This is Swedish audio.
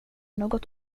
något